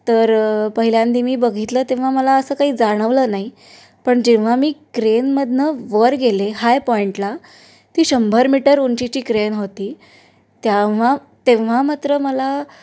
तर पहिल्यांदा मी बघितलं तेव्हा मला असं काही जाणवलं नाही पण जेव्हा मी क्रेनमधून वर गेले हाय पॉइंटला ती शंभर मीटर उंचीची क्रेन होती तेव्हा तेव्हा मात्र मला